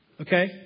Okay